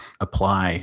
apply